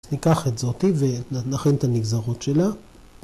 ‫ניקח את זאתי, ונכין את הנגזרות שלה.